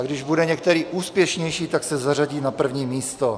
Když bude některý úspěšnější, tak se zařadí na první místo.